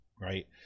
right